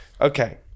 Okay